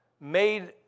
made